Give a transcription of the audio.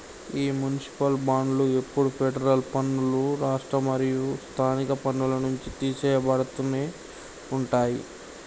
ఈ మునిసిపాల్ బాండ్లు ఎప్పుడు ఫెడరల్ పన్నులు, రాష్ట్ర మరియు స్థానిక పన్నుల నుంచి తీసెయ్యబడుతునే ఉంటాయి